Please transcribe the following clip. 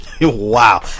Wow